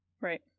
right